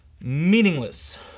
Meaningless